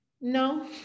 no